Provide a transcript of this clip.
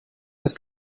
ist